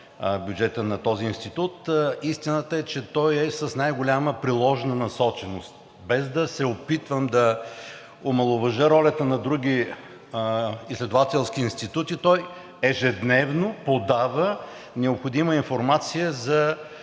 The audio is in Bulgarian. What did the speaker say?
бюджета на този институт. Истината е, че той е с най-голяма приложна насоченост. Без да се опитвам да омаловажа ролята на други изследователски институти, той ежедневно подава необходима информация за